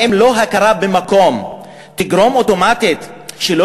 האם אי-הכרה במקום תגרום אוטומטית שלא